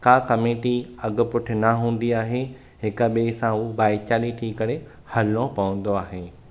का कमेटी अॻु पुठि न हूंदी आहे हिक ॿिए सां हू भाइचारे थी करे हलणो पवंदो आहे